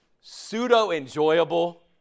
pseudo-enjoyable